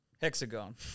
hexagon